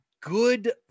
good